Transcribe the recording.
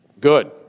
Good